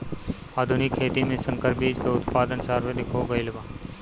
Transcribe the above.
आधुनिक खेती में संकर बीज के उत्पादन सर्वाधिक हो गईल बा